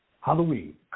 halloween